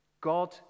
God